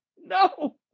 No